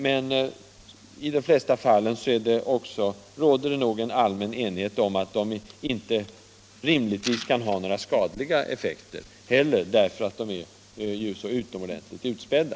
Men i de flesta fall råder det en allmän enighet om att de inte rimligtvis kan ha några skadliga effekter därför att de är så utomordentligt utspädda.